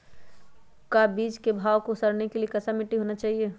का बीज को भाव करने के लिए कैसा मिट्टी होना चाहिए?